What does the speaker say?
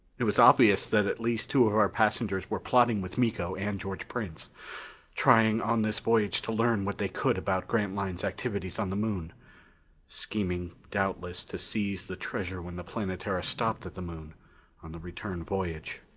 it was obvious that at least two of our passengers were plotting with miko and george prince trying on this voyage to learn what they could about grantline's activities on the moon scheming doubtless to seize the treasure when the planetara stopped at the moon on the return voyage.